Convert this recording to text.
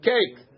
Cake